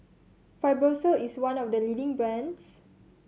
Fibrosol is one of the leading brands